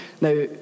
Now